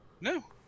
No